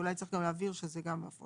אולי צריך להבהיר שזה גם הפרשות.